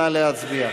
נא להצביע.